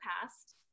past